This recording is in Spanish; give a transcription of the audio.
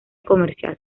comercial